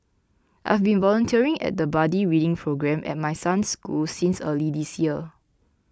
I've been volunteering at the buddy reading programme at my son's school since early this year